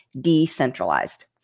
decentralized